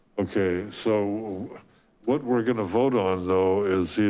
okay so what we're gonna vote on though, is